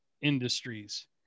industries